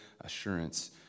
assurance